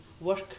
work